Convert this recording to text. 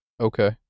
Okay